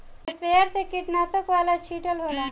sprayer से कीटनाशक वाला छीटल जाला